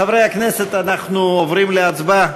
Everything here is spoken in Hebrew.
חברי הכנסת, אנחנו עוברים להצבעה.